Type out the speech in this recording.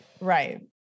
Right